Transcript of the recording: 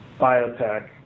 biotech